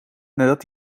nadat